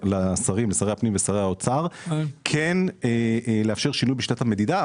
הפנים והאוצר לאפשר שינוי בשיטת המדידה,